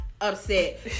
upset